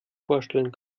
vorstellen